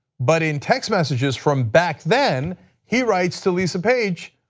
but in text messages from back then he writes to lisa page,